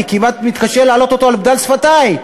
אני כמעט מתקשה להעלות אותו על דל שפתי: